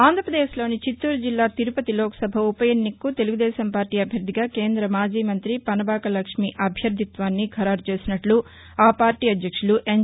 ఆంధ్రప్రదేశ్లోని చిత్తారు జిల్లా తిరుపతి లోక్సభ ఉప ఎన్నికకు తెలుగుదేశం పార్టీ అభ్యర్థిగా కేంద్ర మాజీ మంతి పనబాక లక్ష్మి అభ్యర్థిత్వాన్ని ఖరారు చేసినట్టు ఆ పార్టీ అధ్యక్షులు ఎన్